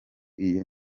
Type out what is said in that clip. iyo